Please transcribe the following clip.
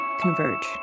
converge